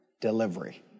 delivery